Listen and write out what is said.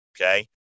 Okay